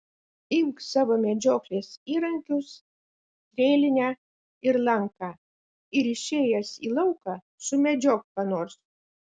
imk savo medžioklės įrankius strėlinę ir lanką ir išėjęs į lauką sumedžiok ką nors